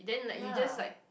ya